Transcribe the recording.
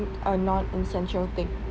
a non essential thing